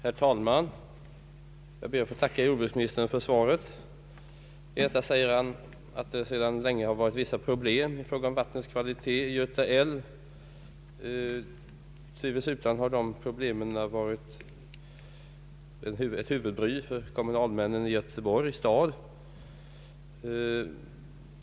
Herr talman! Jag ber att få tacka jordbruksministern för svaret. Han säger däri att det sedan länge varit vissa problem i fråga om vattnets kvalitet i Göta älv. Tvivelsutan har de problemen utgjort huvudbry för kommunalmännen i Göteborgs stad.